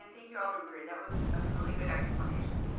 and thank you alder wery. that was a really good explanation.